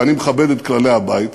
ואני מכבד את כללי הבית,